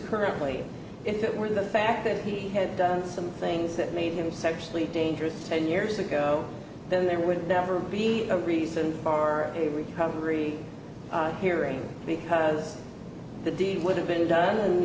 currently if it were the fact that he had done some things that made him socially dangerous ten years ago then there would never be a reason for a recovery hearing because the deal would have been done